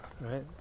right